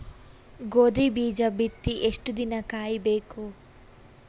ಗೋಧಿ ಬೀಜ ಬಿತ್ತಿ ಎಷ್ಟು ದಿನ ಕಾಯಿಬೇಕು?